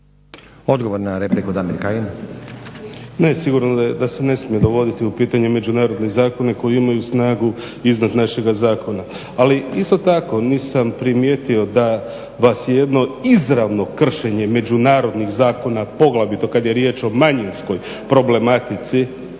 Damir (Nezavisni)** Ne, sigurno da se ne smije dovoditi u pitanje međunarodne zakone koji imaju snagu iznad našega zakona. Ali isto tako, nisam primijetio da vas je jedno izravno kršenje međunarodnih zakona, poglavito kad je riječ o manjinskoj problematici